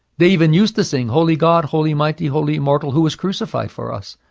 they even used to sing, holy god, holy mighty, holy immortal, who was crucified for us,